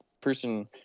person